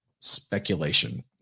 speculation